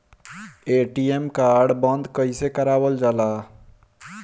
ATM card बन्द कईसे करावल जाला?